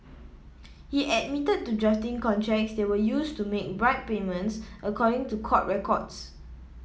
he admitted to drafting contracts that were used to make bribe payments according to court records